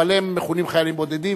אבל הם מכונים "חיילים בודדים",